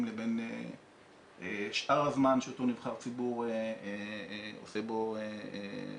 לבין שאר הזמן שאותו נבחר ציבור עושה בו שימוש.